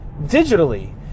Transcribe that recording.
digitally